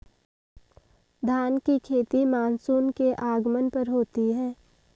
धान की खेती मानसून के आगमन पर होती है